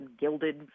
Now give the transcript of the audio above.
gilded